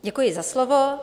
Děkuji za slovo.